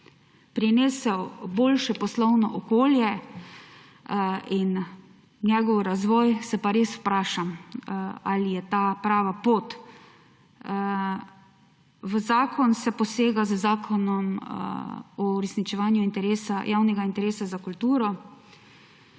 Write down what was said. prinesel boljše poslovno okolje in njegov razvoj, se pa res vprašam, ali je to prava pot. Z zakonom se posega v Zakon o uresničevanju javnega interesa za kulturo,